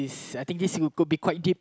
this I think this could be quite deep